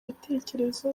ibitekerezo